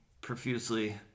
profusely